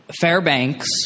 Fairbanks